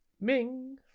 Ming